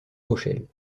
rochelle